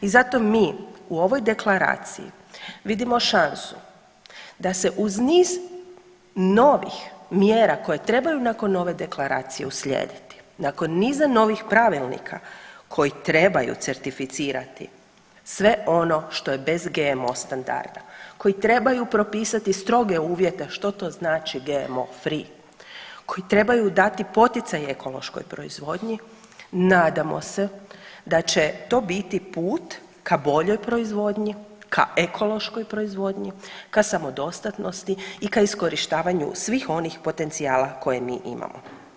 I zato mi u ovoj deklaraciji vidimo šansu da se uz niz novih mjera koje trebaju nakon ove deklaracije uslijediti, nakon niza novih pravilnika koji trebaju certificirati sve ono što je bez GMO standarda, koji trebaju propisati stroge uvjete što to znači GMO free, koji trebaju dati poticaj ekološkoj proizvodnji nadamo se da će to biti put ka boljoj proizvodnji, ka ekološkoj proizvodnji, ka samodostatnosti i ka iskorištavanju svih onih potencijala koje mi imamo.